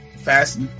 Fast